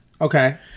Okay